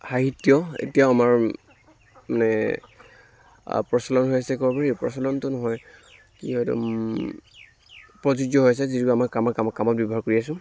সাহিত্য় এতিয়াও আমাৰ মানে প্ৰচলন হৈ আছে ক'ব পাৰি প্ৰচলনটো নহয় কি হয় এইটো প্ৰযোজ্য় হৈ আছে যিটো আমাৰ কামে কামে কামত ব্য়ৱহাৰ কৰি আছো